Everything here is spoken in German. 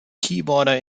keyboarder